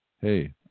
Hey